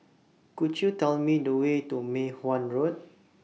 Could YOU Tell Me The Way to Mei Hwan Road